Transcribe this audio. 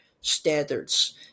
standards